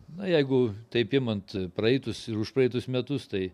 na jeigu taip imant praeitus ir užpraeitus metus tai